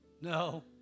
No